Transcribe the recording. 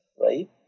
right